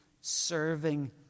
serving